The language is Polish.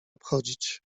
obchodzić